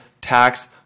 tax